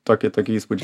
tokie tokie įspūdžiai